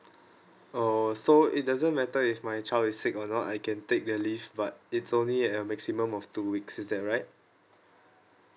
orh so it doesn't matter if my child is sick or not I can take the leave but it's only a maximum of two weeks is that right